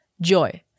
joy